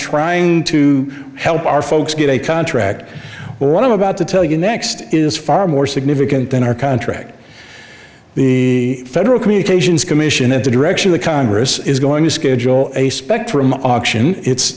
trying to help our folks get a contract what i'm about to tell you next is far more significant than our contract the federal communications commission at the direction the congress is going to schedule a spectrum auction it's